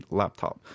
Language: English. laptop